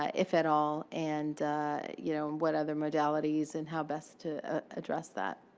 ah if at all. and you know what other modalities and how best to address that.